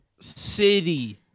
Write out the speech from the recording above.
city